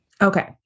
Okay